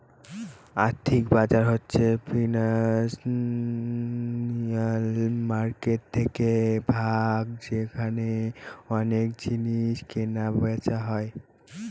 আর্থিক বাজার হচ্ছে ফিনান্সিয়াল মার্কেটের একটি ভাগ যেখানে অনেক জিনিসের কেনা বেচা হয়